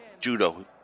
Judo